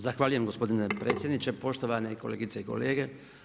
Zahvaljujem gospodine predsjedniče, poštovane kolegice i kolege.